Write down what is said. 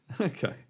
Okay